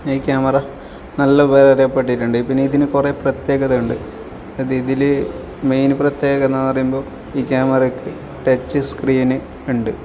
പിന്നെ ഈ ക്യാമറ നല്ല ഉപകാരപ്പെട്ടിട്ടുണ്ട് പിന്നെ ഇതിന് കുറെ പ്രത്യേകത ഉണ്ട് അത് ഇതിൽ മെയിൻ പ്രത്യേകതാന്ന് പറയുമ്പോൾ ഈ ക്യാമറക്ക് ടച്ച് സ്ക്രീന് ഉണ്ട്